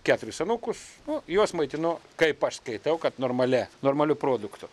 keturis anūkus nu juos maitinu kaip aš skaitau kad normalia normaliu produktu